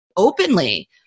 openly